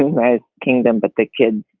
and my kingdom. but the kids.